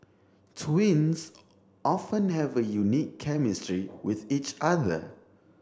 twins often have a unique chemistry with each other